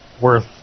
worth